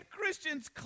Christians